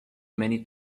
many